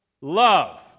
Love